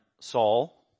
Saul